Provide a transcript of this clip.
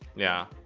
yeah